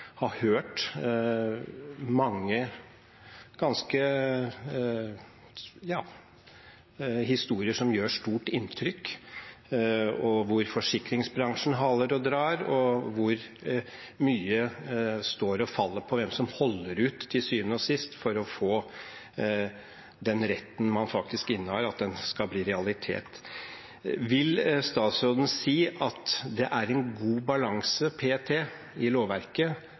ha hørt mange historier som gjør stort inntrykk, hvor forsikringsbransjen haler og drar, og hvor mye står og faller på hvem som til syvende og sist holder ut for at den retten man faktisk innehar, skal bli realitet. Vil statsråden si at det p.t. er en god balanse i lovverket